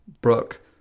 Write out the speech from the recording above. Brooke